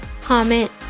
comment